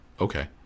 okay